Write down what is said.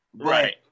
Right